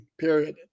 period